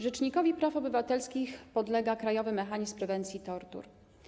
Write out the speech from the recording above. Rzecznikowi praw obywatelskich podlega Krajowy Mechanizm Prewencji Tortur.